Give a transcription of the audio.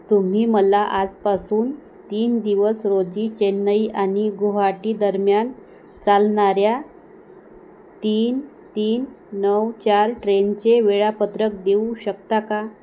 तुम्ही मला आजपासून तीन दिवस रोजी चेन्नई आणि गुवाहाटी दरम्यान चालणाऱ्या तीन तीन नऊ चार ट्रेनचे वेळापत्रक देऊ शकता का